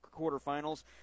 quarterfinals